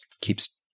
keeps